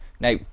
Now